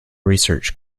research